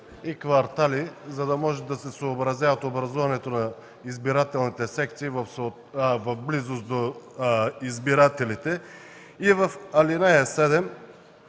„и квартали”, за да може да се съобразява образуването на избирателните секции в близост до избирателите. В ал. 7